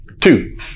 Two